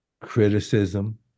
criticism